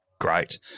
Great